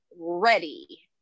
ready